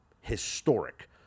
historic